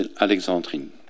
Alexandrine